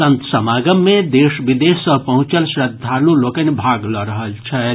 संत समागम मे देश विदेश सँ पहुंचल श्रद्धालु लोकनि भाग लऽ रहल छथि